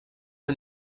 and